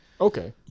Okay